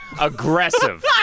Aggressive